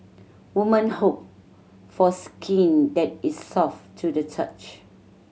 woman hope for skin that is soft to the touch